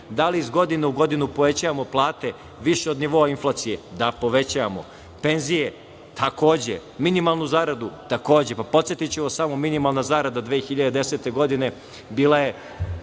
Da li iz godine u godinu povećavamo plate više od nivoa inflacije? Da, povećavamo. Penzije? Takođe. Minimalnu zaradu? Takođe. Podsetiću vas samo, minimalna zarada 2010. godine bila je